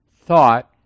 thought